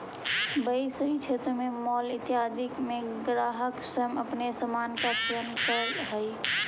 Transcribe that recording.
वहीं शहरी क्षेत्रों में मॉल इत्यादि में ग्राहक स्वयं अपने सामान का चयन करअ हई